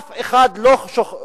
אף אחד לא חושד